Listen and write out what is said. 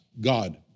God